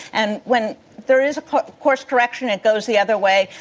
and when there is a course direction that goes the other way,